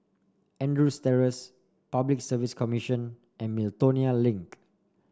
Andrews Terrace Public Service Commission and Miltonia Link